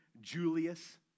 Julius